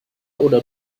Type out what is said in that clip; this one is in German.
oder